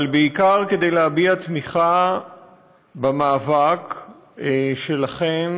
אבל בעיקר כדי להביע תמיכה במאבק שלכן,